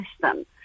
system